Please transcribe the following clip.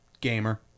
gamer